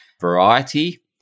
variety